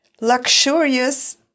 luxurious